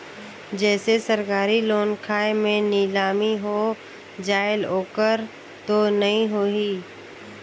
जैसे सरकारी लोन खाय मे नीलामी हो जायेल ओकर तो नइ होही?